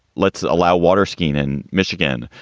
let's allow water skiing in michigan.